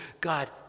God